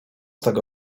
tego